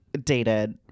dated